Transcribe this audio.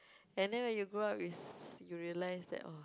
and then when you grow up is you realize that oh